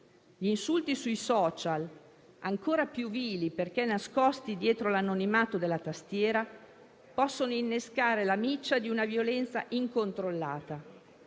Gli insulti sui *social*, ancora più vili perché nascosti dietro l'anonimato della tastiera, possono innescare la miccia di una violenza incontrollata.